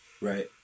Right